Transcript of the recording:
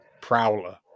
Prowler